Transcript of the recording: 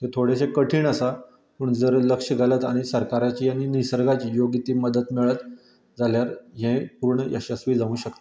ते थोडेशें कठीण आसा पूण जर लक्ष घालत आनी सरकाराची आनी निसर्गाची योग्य ती मदत मेळत जाल्यार हे पूर्ण यशस्वी जावूंक शकता